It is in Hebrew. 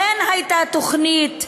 אכן הייתה תוכנית,